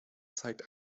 zeigt